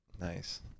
Nice